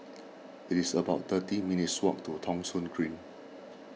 it's about thirty minutes' walk to Thong Soon Green